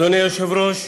אדוני היושב-ראש,